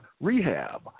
rehab